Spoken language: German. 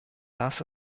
das